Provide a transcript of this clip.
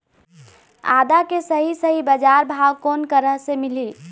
आदा के सही सही बजार भाव कोन करा से मिलही?